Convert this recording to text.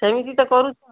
ସେମିତି ତ କରୁଛ